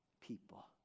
people